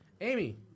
Amy